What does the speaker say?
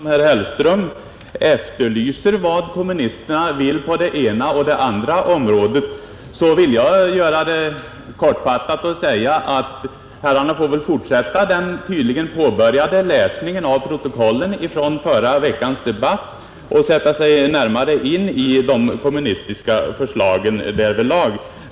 Herr talman! Jag utgår ifrån att vi inte skall ha en ny finansdebatt av samma omfattning som den vi hade förra onsdagen. När nu herrar Brandt och Hellström efterlyser vad kommunisterna vill på det ena och det andra området, så vill jag fatta mig kort: Herrarna får väl fortsätta den tydligen påbörjade läsningen av protokollen från förra veckans debatt och sätta sig närmare in i de kommunistiska förslagen.